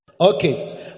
Okay